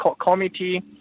committee